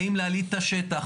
באים להלהיט את השטח,